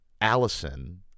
Allison